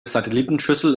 satellitenschüssel